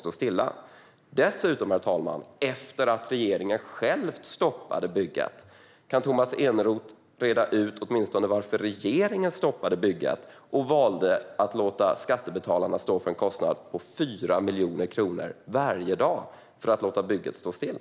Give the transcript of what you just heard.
Detta sker dessutom, herr talman, efter att regeringen själv stoppade bygget. Kan Tomas Eneroth åtminstone reda ut varför regeringen stoppade bygget och valde att låta skattebetalarna stå för en kostnad på 4 miljoner kronor varje dag för att låta bygget stå still?